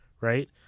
right